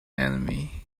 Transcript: enemy